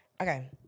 Okay